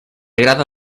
agrada